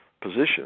position